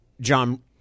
John